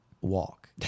walk